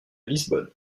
lisbonne